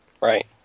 Right